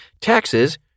Taxes